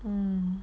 um